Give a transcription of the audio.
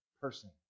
person